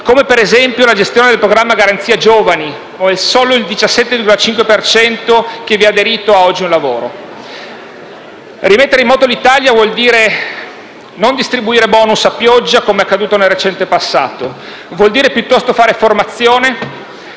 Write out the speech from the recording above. come, ad esempio, la gestione del programma Garanzia giovani: solo il 17,5 per cento che vi ha aderito ha oggi un lavoro. Rimettere in moto l'Italia vuol dire non distribuire *bonus* a pioggia, come accaduto nel recente passato; vuol dire piuttosto fare formazione,